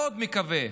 מאוד מקווה,